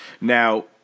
Now